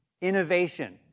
innovation